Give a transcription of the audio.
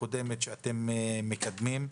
שאתם מקדמים.